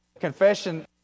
Confession